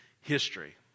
history